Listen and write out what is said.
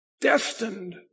destined